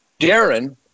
Darren